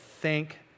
thank